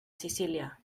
sicília